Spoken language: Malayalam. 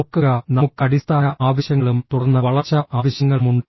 ഓർക്കുക നമുക്ക് അടിസ്ഥാന ആവശ്യങ്ങളും തുടർന്ന് വളർച്ചാ ആവശ്യങ്ങളുമുണ്ട്